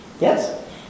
Yes